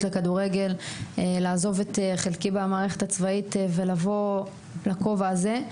לכדורגל ולעזוב את חלקי במערכת הצבאית ולבוא בכובע הזה,